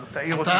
אז תעיר אותי,